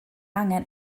angen